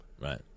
Right